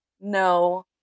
no